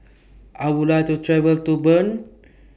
I Would like to travel to Bern